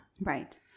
Right